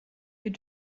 wir